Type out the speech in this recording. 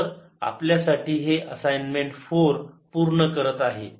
तर आपल्यासाठी हे असाइनमेंट 4 पूर्ण करत आहे